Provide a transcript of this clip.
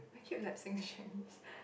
I keep like saying Chinese